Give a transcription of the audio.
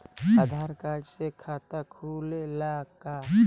आधार card से खाता खुले ला का?